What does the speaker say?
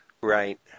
right